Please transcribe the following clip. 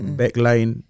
backline